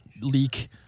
leak